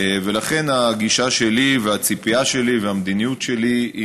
ולכן הגישה שלי והציפייה שלי והמדיניות שלי היא